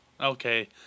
Okay